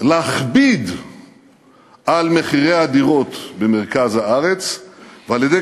להכביד על מחירי הדירות במרכז הארץ ועל-ידי